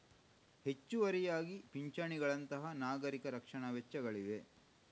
ಹೆಚ್ಚುವರಿಯಾಗಿ ಪಿಂಚಣಿಗಳಂತಹ ನಾಗರಿಕ ರಕ್ಷಣಾ ವೆಚ್ಚಗಳಿವೆ